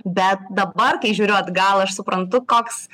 bet dabar kai žiūriu atgal aš suprantu koks